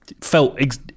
felt